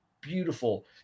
beautiful